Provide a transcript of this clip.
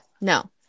no